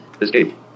Escape